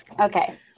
okay